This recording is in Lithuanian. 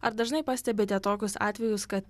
ar dažnai pastebite tokius atvejus kad